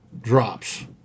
drops